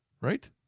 Right